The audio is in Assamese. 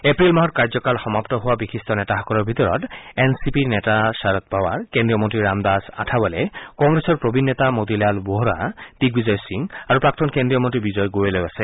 এপ্ৰিল মাহত কাৰ্যকাল সমাপ্ত হোৱা বিশিষ্ট নেতাসকলৰ ভিতৰত এন চি পিৰ নেতা শাৰদ পাৱাৰ কেন্দ্ৰীয় মন্ত্ৰী ৰামদাস আথাৱালে কংগ্ৰেছৰ প্ৰবীণ নেতা মতিলাল বোৰা দ্বিগবিজয় সিং আৰু প্ৰাক্তন কেন্দ্ৰীয় মন্ত্ৰী বিজয় গোৱেলো আছে